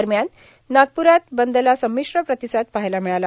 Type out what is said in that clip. दरम्यान नागप्ररात बंदचा संमिश्र प्रतिसाद पहायला मिळाला